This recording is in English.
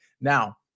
Now